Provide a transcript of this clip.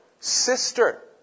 sister